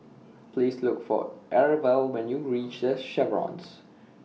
Please Look For Arvel when YOU REACH The Chevrons